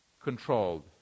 controlled